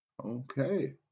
Okay